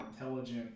intelligent